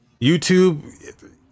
YouTube